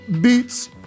Beats